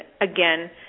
again